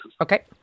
Okay